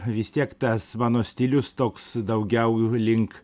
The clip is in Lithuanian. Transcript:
vis tiek tas mano stilius toks daugiau link